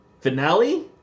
Finale